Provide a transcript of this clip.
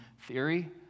theory